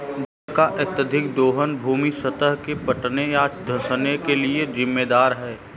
जल का अत्यधिक दोहन भू सतह के फटने या धँसने के लिये जिम्मेदार है